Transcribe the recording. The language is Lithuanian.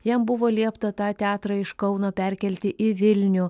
jam buvo liepta tą teatrą iš kauno perkelti į vilnių